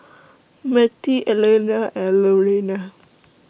Mertie Elliana and Lurena